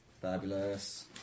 Fabulous